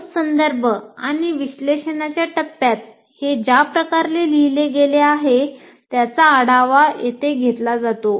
course संदर्भ आणि विश्लेषणाच्या टप्प्यात हे ज्या प्रकारे लिहिले गेले आहे त्याचा आढावा येथे घेतला जातो